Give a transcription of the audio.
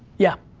yeah?